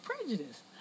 prejudice